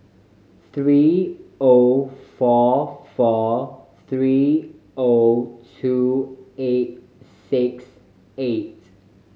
three O four four three O two eight six eight